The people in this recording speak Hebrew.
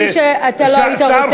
כפי שלא היית רוצה,